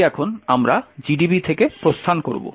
তাই এখন আমরা GDB থেকে প্রস্থান করব